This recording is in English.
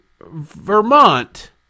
Vermont